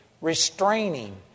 restraining